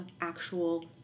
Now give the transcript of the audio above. actual